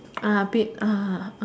uh a bit ah